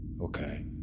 Okay